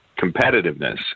competitiveness